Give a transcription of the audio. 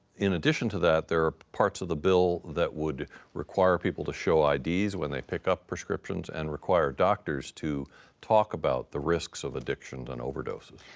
in addition to that there are parts of the bill that would require people to show when they pick up prescriptions and require doctors to talk about the risks of addictions and overdoses.